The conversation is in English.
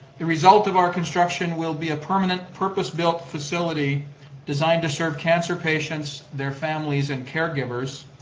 the result of our construction will be a permanent, purpose-built facility designed to serve cancer patients, their families and caregivers.